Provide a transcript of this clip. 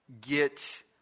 get